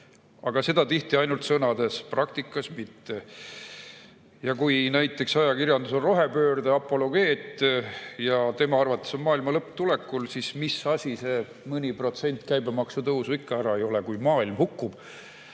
aga seda tihti ainult sõnades, praktikas mitte. Kui näiteks ajakirjandus on rohepöörde apologeet ja tema arvates on maailmalõpp tulekul, siis mis see mõni protsent käibemaksu tõusu ikka ära ei ole, kui maailm hukkub.